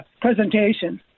presentation